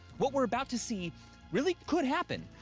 what we're about to see really could happen,